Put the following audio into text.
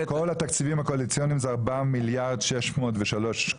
כל התקציבים הקואליציוניים זה 4 מיליארד ו-603 מיליון.